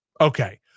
Okay